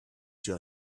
your